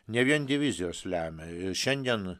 ne vien divizijos lemia ir šiandien